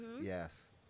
yes